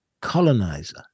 colonizer